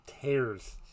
tears